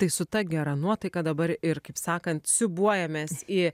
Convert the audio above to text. tai su ta gera nuotaika dabar ir kaip sakant siūbuojamės į